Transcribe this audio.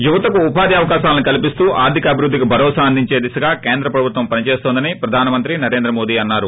యువతకు ఉపాది అవకాశాలను కల్పిస్తూ ఆర్దిక అభివృద్దికి భరోసా అందించే దిశగా కేంద్ర ప్రభుత్వం పనిచేస్తోందని ప్రధానమంత్రి నరేంద్ర మోదీ అన్నారు